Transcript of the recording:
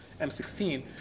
M16